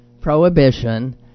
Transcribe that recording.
prohibition